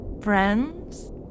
Friends